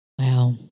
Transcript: Wow